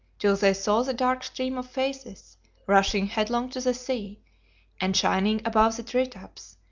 till they saw the dark stream of phasis rushing headlong to the sea and, shining above the treetops,